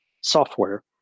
software